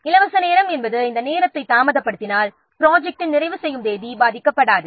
இலவச நேரம் என்பது இந்த நேரத்தை தாமதப்படுத்தினால் ப்ரொஜெக்ட்டின் நிறைவு செய்யும் தேதி பாதிக்கப்படாது